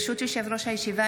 ברשות יושב-ראש הישיבה,